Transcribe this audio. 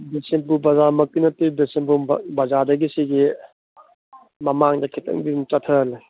ꯕꯤꯁꯦꯝꯄꯨꯔ ꯕꯖꯥꯔꯃꯛꯇꯤ ꯅꯠꯇꯦ ꯕꯤꯁꯦꯝꯄꯨꯔ ꯕꯖꯥꯔꯗꯒꯤ ꯁꯤꯒꯤ ꯃꯃꯥꯡꯗ ꯈꯤꯇꯪꯗꯤ ꯆꯠꯊꯔ ꯂꯩ